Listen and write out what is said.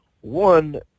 One